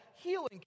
healing